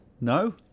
No